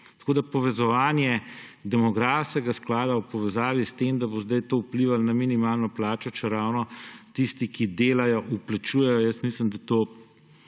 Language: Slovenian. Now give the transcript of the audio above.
Tako povezovanje demografskega sklada v povezavi s tem, da bo zdaj to vplivalo na minimalno plačo, čeravno tisti, ki delajo, vplačujejo, mislim, da